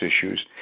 issues